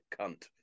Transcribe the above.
cunt